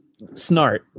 snart